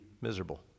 miserable